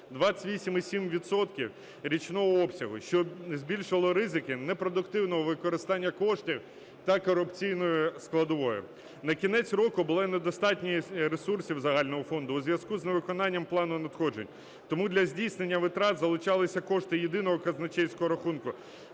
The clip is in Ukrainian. річного обсягу, що збільшило ризики непродуктивного використання коштів та корупційної складової. На кінець року було недостатньо ресурсів загального фонду у зв'язку з невиконанням плану надходжень. Тому для здійснення витрат залучалися кошти єдиного казначейського рахунку,